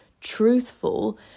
truthful